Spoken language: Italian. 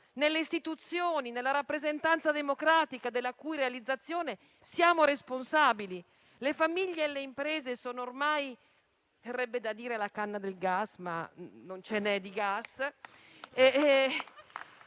nelle istituzioni e nella rappresentanza democratica, della cui realizzazione siamo responsabili. Le famiglie e le imprese sono ormai - verrebbe da dire - alla canna del gas, ma non c'è né di gas,